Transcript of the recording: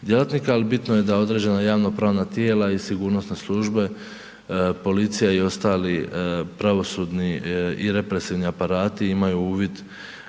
djelatnika, al bitno je da određena javnopravna tijela i sigurnosne službe, policija i ostali pravosudni i represivni aparati imaju uvid